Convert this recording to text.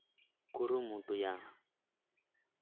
ᱠᱩᱨᱩᱢᱩᱴᱩᱭᱟ